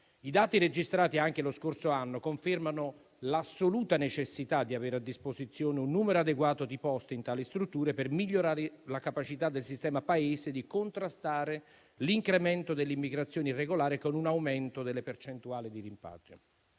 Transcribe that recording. I dati registrati anche lo scorso anno confermano l'assoluta necessità di avere a disposizione un numero adeguato di posti in tali strutture per migliorare la capacità del sistema Paese di contrastare l'incremento dell'immigrazione irregolare con un aumento delle percentuali di rimpatrio.